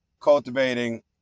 cultivating